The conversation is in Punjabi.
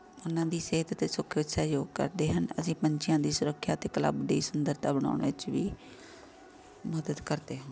ਉਹਨਾਂ ਦੀ ਸਿਹਤ ਅਤੇ ਸੁੱਖ ਵਿੱਚ ਸਹਿਯੋਗ ਕਰਦੇ ਹਨ ਅਸੀਂ ਪੰਛੀਆਂ ਦੀ ਸੁਰੱਖਿਆ ਅਤੇ ਕਲੱਬ ਦੀ ਸੁੰਦਰਤਾ ਬਣਾਉਣ ਵਿੱਚ ਵੀ ਮਦਦ ਕਰਦੇ ਹਾਂ